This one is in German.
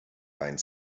deinen